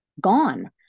gone